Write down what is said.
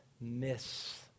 miss